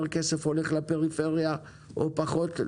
שנים יותר כסף הולך לפריפריה או פחות.